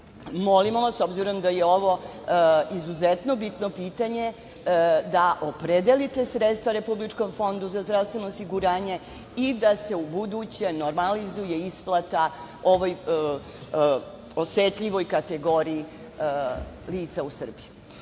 Molimo vas, s obzirom da je ovo izuzetno bitno pitanje da opredelite sredstva Republičkom fondu za zdravstveno osiguranje i da se ubuduće normalizuje isplata ovoj osetljivoj kategoriji lica u Srbiji. Drugo